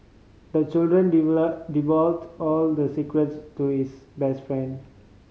the children all the secrets to his best friend